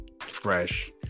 fresh